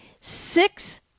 six